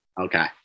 Okay